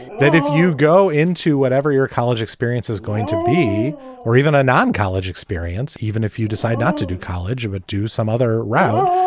that if you go into whatever your college experience is going to be or even a non college experience, even if you decide not to do college, but do some other route,